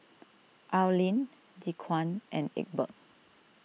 Arlin Dequan and Egbert